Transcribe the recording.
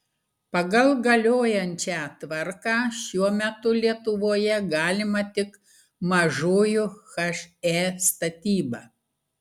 pagal galiojančią tvarką šiuo metu lietuvoje galima tik mažųjų he statyba